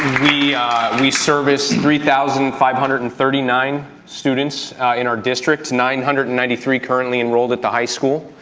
we we service three thousand five hundred and thirty nine students in our district, nine hundred and ninety three currently enrolled at the high school,